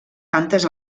tantes